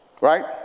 Right